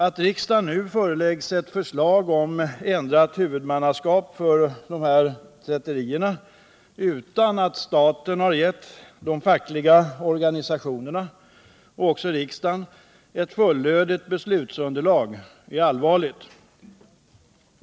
Att riksdagen nu föreläggs ett förslag om ändrat huvudmannaskap för de här tvätterierna utan att staten har gett de fackliga organisationerna och riksdagen ett fullödigt beslutsunderlag är allvarligt.